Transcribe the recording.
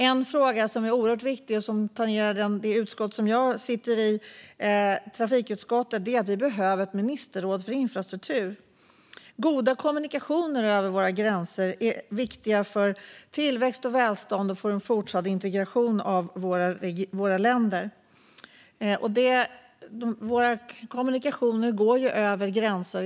En fråga som är oerhört viktig och som tangerar det utskott som jag sitter i, trafikutskottet, är att vi behöver ett ministerråd för infrastruktur. Goda kommunikationer över våra gränser är viktiga för tillväxt och välstånd och en fortsatt integration av våra länder. Våra kommunikationer går över gränser.